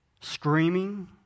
screaming